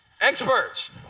Experts